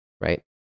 right